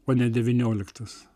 o ne devynioliktas